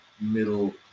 middle